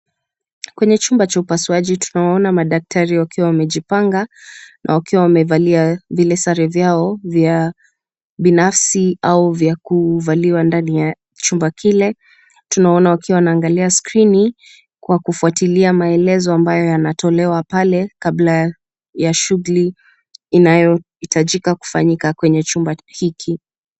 Kwenye chumba cha upasuaji tunawaona madaktari wakiwa wamejipanga wakiwa wamevalia zile sare zao za binafsi au za kuvaliwa ndani ya chumba kile. Tunaona wakiwa wanaangalia [c] skrini[c] wakifuatilia maelezo ambayo yanatolewa pale kabla ya shughuli inayojihitajika kufanyika kwenye chumba hiki.